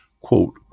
Quote